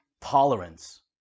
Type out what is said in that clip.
tolerance